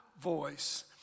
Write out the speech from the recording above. voice